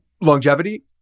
longevity